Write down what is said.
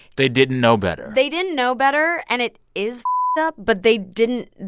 they didn't know better they didn't know better. and it is up. but they didn't